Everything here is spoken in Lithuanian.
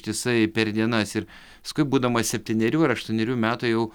ištisai per dienas ir paskui būdamas septynerių ar aštuonerių metų jau